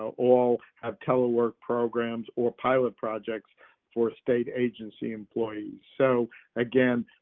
all have telerwork programs or pilot projects for state agency employee. so again,